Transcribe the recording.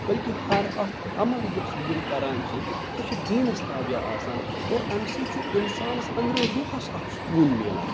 بٔلکہِ ہَر اَکھ عمل یۄس یِم کَران چھِ سۄ چھِ دیٖنَس تابعہ آسان اور اَمہِ سۭتۍ چھِ اِنسانَس أنٛدرٕ رُوحَس اَکھ سکوٗن مِلان